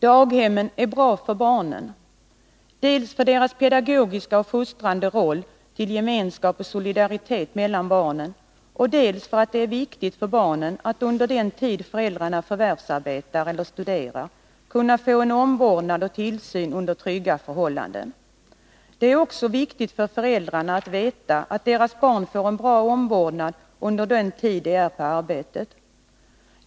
Daghemmen är bra för barnen, dels för deras pedagogiska och fostrande roll till gemenskap och solidaritet mellan barnen, dels för att det är viktigt för barnen att under den tid föräldrarna förvärvsarbetar eller studerar kunna få en omvårdnad och tillsyn under trygga förhållanden. Det är också viktigt för föräldrarna att veta att deras barn får bra omvårdnad under den tid de själva är på arbetet.